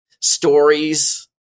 stories